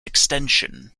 extension